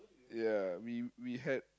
ya we we had